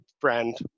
friend